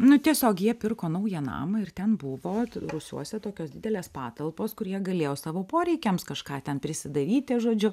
nu tiesiog jie pirko naują namą ir ten buvo rūsiuose tokios didelės patalpos kur jie galėjo savo poreikiams kažką ten prisidaryti žodžiu